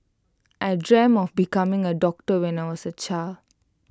I dreamt of becoming A doctor when I was A child